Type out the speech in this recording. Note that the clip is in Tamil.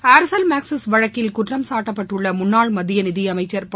ஏர்செல் மாக்ஸிஸ் வழக்கில் குற்றம் சாட்டப்பட்டுள்ள முன்னாள் மத்திய நிதியமைச்சர் திரு ப